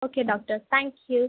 okay doctor thank you